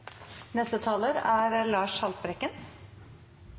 neste periode. Lars Haltbrekken